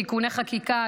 תיקוני חקיקה,